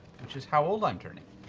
which is how old i'm turning.